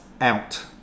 out